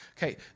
Okay